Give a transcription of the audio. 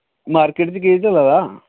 market च केह् चला दा